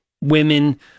women